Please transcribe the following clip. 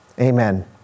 Amen